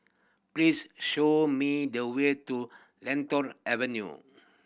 please show me the way to Lentor Avenue